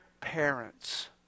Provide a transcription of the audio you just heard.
parents